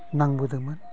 नांबोदोंमोन